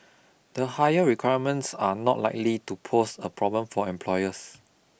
the higher requirements are not likely to pose a problem for employers